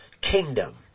kingdom